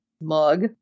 mug